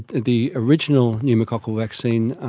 the original pneumococcal vaccine,